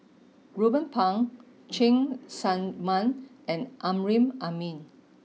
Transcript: Ruben Pang Cheng Tsang Man and Amrin Amin